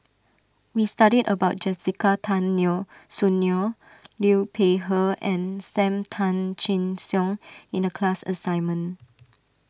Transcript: we studied about Jessica Tan Neo Soon Neo Liu Peihe and Sam Tan Chin Siong in the class assignment